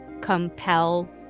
compel